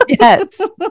Yes